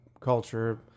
culture